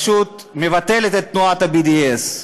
פשוט מבטלת את תנועת ה-BDS.